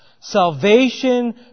Salvation